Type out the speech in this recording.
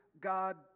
God